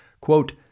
Quote